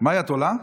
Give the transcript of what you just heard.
מאי, את עולה?